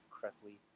correctly